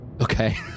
Okay